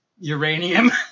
Uranium